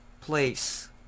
place